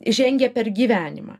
žengia per gyvenimą